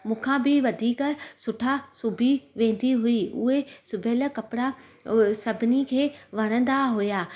मूंखां बि वधीक सुठा सिबी वेंदी हुई उहे सिबियल कपिड़ा सभिनी खें वणंदा हुआ